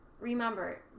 Remember